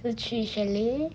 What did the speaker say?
是去 chalet